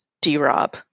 D-Rob